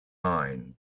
line